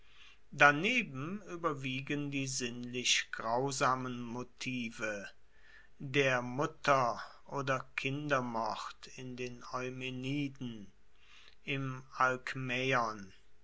daneben ueberwiegen die sinnlich grausamen motive der mutter oder kindermord in den eumeniden im